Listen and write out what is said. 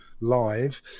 live